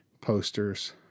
posters